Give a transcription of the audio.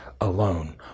alone